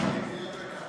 זה יהיה יותר קל.